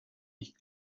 nicht